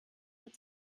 hat